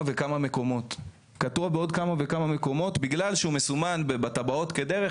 וכמה מקומות בגלל שהוא מסומן בתב"עות כדרך,